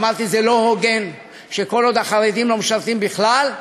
אמרתי: זה לא הוגן שכל עוד החרדים לא משרתים בכלל,